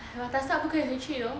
but 不可以回去 though